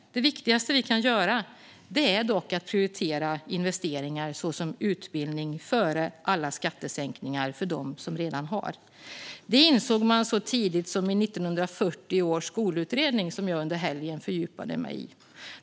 Det viktigaste vi kan göra är dock att prioritera investeringar såsom utbildning före alla skattesänkningar för dem som redan har. Det insåg man så tidigt som i 1940 års skolutredning, som jag under helgen fördjupade mig i.